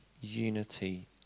unity